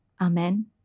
Amen